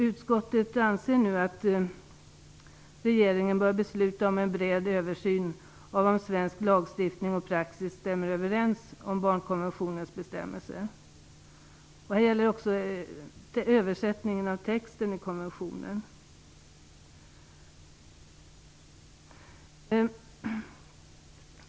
Utskottet anser nu att regeringen bör besluta om en bred översyn av om svensk lagstiftning och praxis stämmer överens med barnkonventionens bestämmelser. Det gäller även översättningen av texten i konventionen.